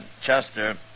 Chester